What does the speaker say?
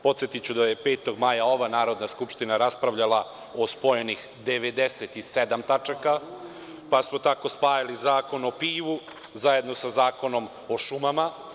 Podsetiću da je 5. maja ova Narodna skupština raspravljala o spojenih 97 tačaka, pa smo tako spajali Zakon o pivu zajedno sa Zakonom o šumama.